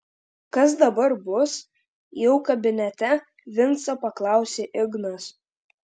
kas dabar bus jau kabinete vincą paklausė ignas